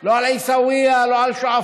לא על עיסאוויה, לא על שועפאט.